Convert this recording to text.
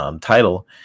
title